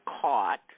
caught